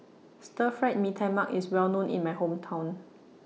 Stir Fried Mee Tai Mak IS Well known in My Hometown